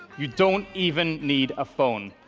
you don't even need a phone.